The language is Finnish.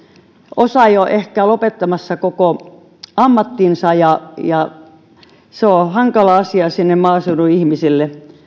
osa jo ehkä lopettamassa koko ammattinsa se on hankala asia maaseudun ihmisille